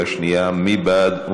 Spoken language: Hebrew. מי בעד?